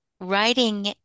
writing